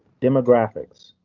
demographics.